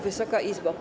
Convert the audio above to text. Wysoka Izbo!